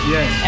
Yes